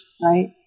right